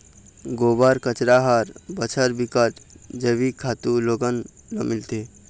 गोबर, कचरा हर बछर बिकट जइविक खातू लोगन ल मिलथे